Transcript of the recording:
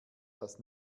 das